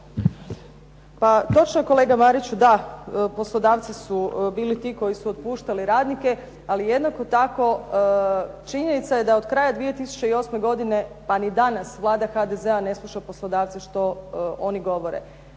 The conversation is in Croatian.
Točno je kolega Mariću. Da, poslodavci su bili ti koji su otpuštali radnike, ali jednako tako činjenica je da od kraja 2008. godine pa ni danas Vlada HDZ-a ne sluša poslodavce što oni govore.